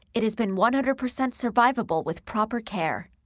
it has been one hundred percent survivable with proper care.